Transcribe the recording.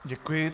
Děkuji.